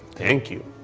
thank you.